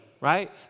right